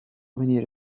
venire